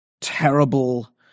terrible